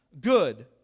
good